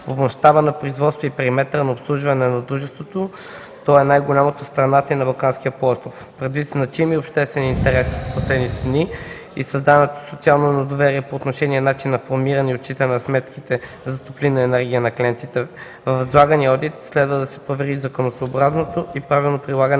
мащаба на производство и периметъра на обслужване на дружеството то е най-голямото в страната и на Балканския полуостров. Предвид значимия обществен интерес в последните дни и създалото се социално недоверие по отношение начина на формиране и отчитане на сметките за топлинна енергия на клиентите при зададения одит следва да се провери законосъобразното и правилно прилагане